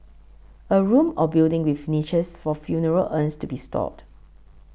a room or building with niches for funeral urns to be stored